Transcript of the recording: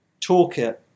toolkit